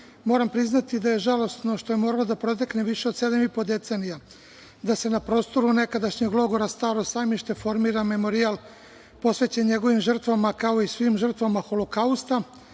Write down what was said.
moram priznati da je žalosno što je moralo da protekne više od sedam i po decenija da se na prostoru nekadašnjeg logora Staro sajmište formira memorijal posvećen njegovim žrtvama, kao i svim žrtvama Holokausta,